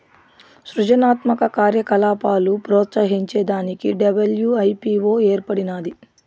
సృజనాత్మక కార్యకలాపాలు ప్రోత్సహించే దానికి డబ్ల్యూ.ఐ.పీ.వో ఏర్పడినాది